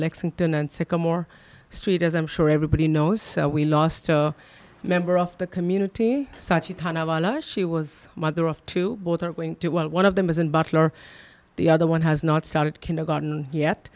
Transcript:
lexington and sycamore street as i'm sure everybody knows we lost a member of the community such a kind of valor she was a mother of two both are going to one of them is in butler the other one has not started kindergarten yet